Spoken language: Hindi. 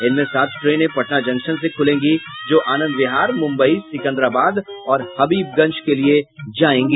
इनमें सात ट्रेनें पटना जंक्शन से खुलेगी जो आनंद बिहार मुम्बई सिकंदराबाद और हबीबगंज के लिये जायेगी